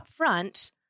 upfront